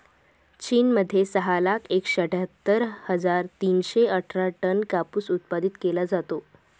चीन मध्ये सहा लाख एकशे अठ्ठ्यातर हजार तीनशे अठरा टन कापूस उत्पादित केला जातो